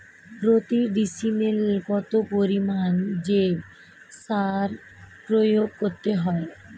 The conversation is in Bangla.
প্রতি ডিসিমেলে কত পরিমাণ জৈব সার প্রয়োগ করতে হয়?